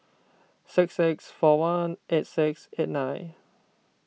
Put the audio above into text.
six six four one eight six eight nine